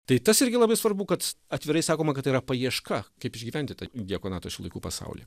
tai tas irgi labai svarbu kad atvirai sakoma kad tai yra paieška kaip išgyventi tą diakonatą šių laikų pasaulyje